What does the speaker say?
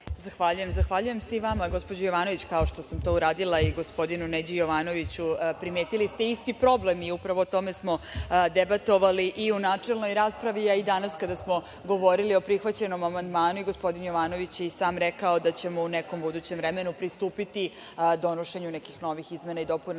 Zahvaljujem. Zahvaljujem se i vama gospođo Jovanović, kao što sam to uradila i gospodinu Neđi Jovanoviću, primetili ste isti problem i upravo o tome smo debatovali i u načelnoj raspravi, a i danas kada smo govorili o prihvaćenom amandmanu. Gospodin Jovanović je i sam rekao da ćemo u nekom budućem vremenu pristupiti donošenju nekih novih izmena i dopuna